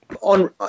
on